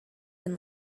can